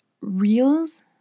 reels